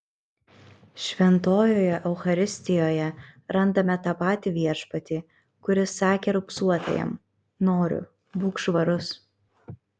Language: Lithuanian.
šventojoje eucharistijoje randame tą patį viešpatį kuris sakė raupsuotajam noriu būk švarus